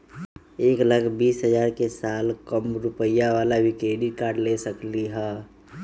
एक लाख बीस हजार के साल कम रुपयावाला भी क्रेडिट कार्ड ले सकली ह?